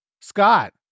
Scott